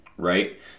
Right